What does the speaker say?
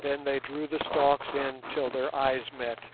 then they drew the stalks in till their eyes met